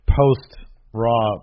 post-Raw